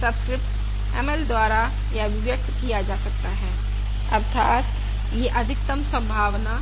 subscript ML द्वारा यह अभिव्यक्त किया जा सकता है अर्थात यह अधिकतम संभावना अनुमान है